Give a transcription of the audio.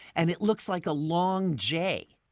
and it looks like a long j.